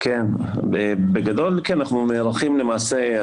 בגדול אנחנו נערכים למעשה,